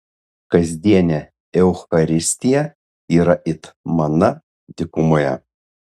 kasdienė eucharistija yra it mana dykumoje